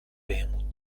بهمون